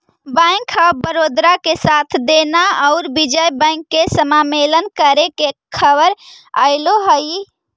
bank of Baroda के साथ देना औउर विजय बैंक के समामेलन करे के खबर अले हई